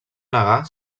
negar